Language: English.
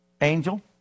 angel